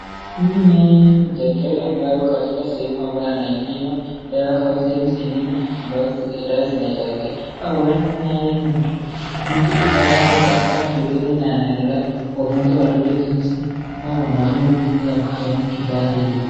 Huyu naye ni daktari ambaye ako katika sehemu ambaye ainaipima dawa hizi ili ambayo kila saa zinaitakaki, au huendda naye ni mtu ako katika shuleni, anaelaeza watoto jinsi au wanafunzi jinsi ya kufanya hivi.